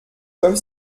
comme